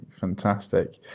Fantastic